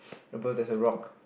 above there's a rock